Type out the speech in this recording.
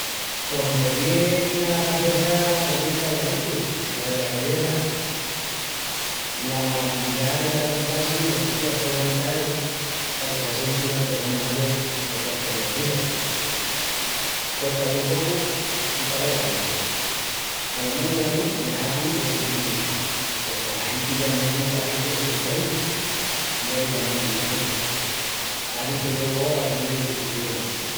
Pos se me vien ala cabeça la pregunta d'enantis… la dela tallesa, l'amabilidá es alevantal-ti del tu aposentaeru paque s'assienti una pressona mayol que veas que lo precisa. Cuesta bien pocu i t'alegra el día. Alo menus a mí me hazi de sentil mu bien, porque la genti ya mesmu pahi que se susprendi quandu eris amabli con ella. Assinque yo vo a siguil hiziendu-lu.